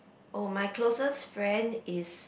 oh my closest friend is